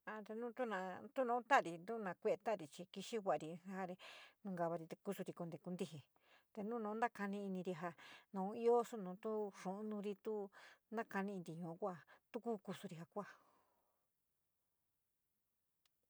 A te túna, tú na ta´ari na kuerí tarí chr kíxi vaorí, joarí nunkuarí te kusarí koníto kuaríti. Te na naní naní inirí ja naón ío sonatoy yuon nurí to na kaní pintí kuaá, tu kuu kusurí ja kuda.